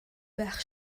байх